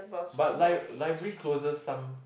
but li~ library closes some